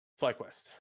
FlyQuest